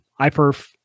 iperf